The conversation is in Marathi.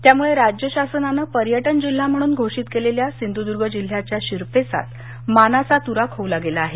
त्यामुळे राज्य शासनानं पर्यटन जिल्हा म्हणून घोषित केलेल्या सिंधूद्र्ग जिल्ह्याच्या शिरपेचात मानाचा तुरा खोवला गेला आहे